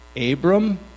Abram